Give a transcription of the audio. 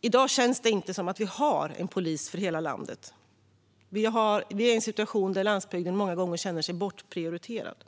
I dag känns det inte som att vi har en polis för hela landet. Det är en situation där landsbygden många gånger känner sig bortprioriterad.